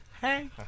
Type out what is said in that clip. hey